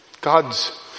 God's